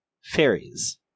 fairies